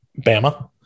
Bama